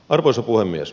arvoisa puhemies